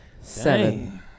seven